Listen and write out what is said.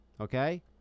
okay